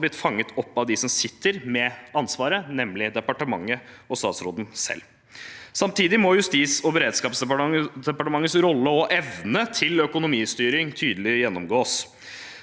det hadde blitt fanget opp av dem som sitter med ansvaret, nemlig departementet og statsråden selv. Samtidig må Justis- og beredskapsdepartementets rolle og evne til økonomistyring tydelig gjennomgås.